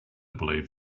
believe